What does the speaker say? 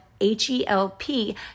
H-E-L-P